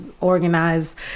organized